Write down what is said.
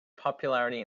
popularity